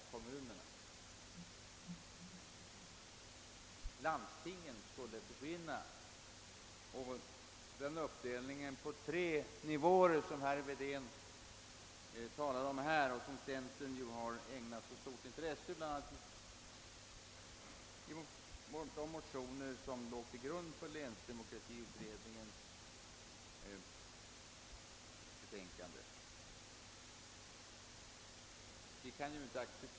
Men vi kan inte acceptera en utveckling där landstingen försvinner jämte den uppdelning på tre nivåer som herr Wedén här talade om och som centern har ägnat stort intresse åt bl.a. i de motioner som låg till grund för länsdemokratiutredningens betänkande.